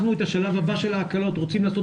אנחנו את השלב הבא של ההקלות רוצים לעשות